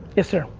yes, sir.